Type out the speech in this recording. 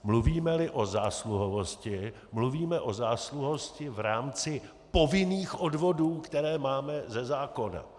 Mluvímeli o zásluhovosti, mluvíme o zásluhovosti v rámci povinných odvodů, které máme ze zákona.